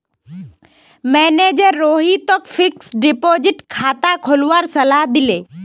manager रोहितक fixed deposit खाता खोलवार सलाह दिले